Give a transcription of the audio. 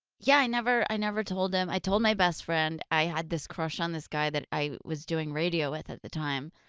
yeah, i never i never told him. i told my best friend i had this crush on this guy that i was doing radio with at the time,